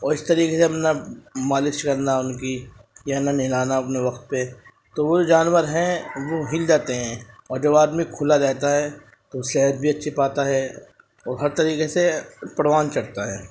اور اس طریقے سے اپنا مالش کرنا ان کی یا انہیں نہلانا اپنے وقت پہ تو وہ جانور ہیں وہ ہل جاتے ہیں اور جب آدمی کھلا رہتا ہے تو صحت بھی اَچّھی پاتا ہے اور ہر طریقے سے پروان چڑھتا ہے